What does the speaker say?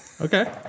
Okay